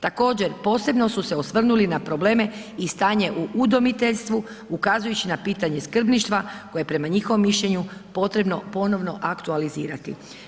Također, posebno su se osvrnuli na probleme i stanje u udomiteljstvu ukazujući na pitanje skrbništva koje je prema njihovom mišljenju potrebno ponovno aktualizirati.